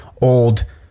old